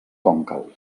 còncau